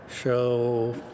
show